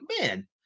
man